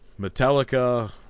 Metallica